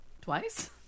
Twice